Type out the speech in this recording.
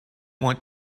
want